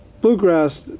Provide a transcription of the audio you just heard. Bluegrass